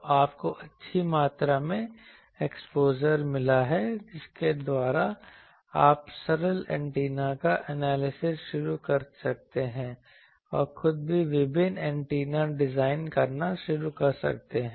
तो आपको अच्छी मात्रा में एक्सपोज़र मिला है जिसके द्वारा आप सरल एंटेना का एनालिसिस शुरू कर सकते हैं और खुद भी विभिन्न एंटेना डिज़ाइन करना शुरू कर सकते हैं